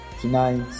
tonight